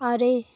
ᱟᱨᱮ